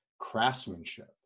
craftsmanship